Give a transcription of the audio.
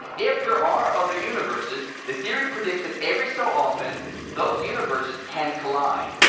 if there are other universes, the theory predicts that every so often those universes can collide.